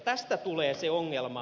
tästä tulee se ongelma